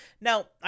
Now